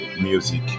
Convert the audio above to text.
music